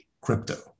crypto